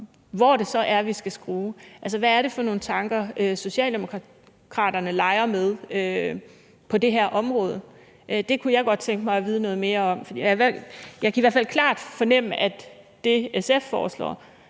hvor det så er, vi skal skrue – altså, hvad er det for nogle tanker, som Socialdemokraterne leger med på det her område? Det kunne jeg godt tænke mig at vide noget mere om. Jeg kan i hvert fald klart fornemme, at det, som SF foreslår,